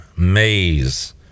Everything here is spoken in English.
maze